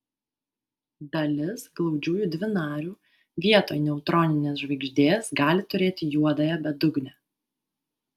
dalis glaudžiųjų dvinarių vietoj neutroninės žvaigždės gali turėti juodąją bedugnę